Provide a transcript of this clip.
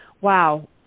wow